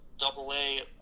double-A